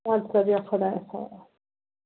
اَدٕ سَا بیٚہہ خۄدایَس حوال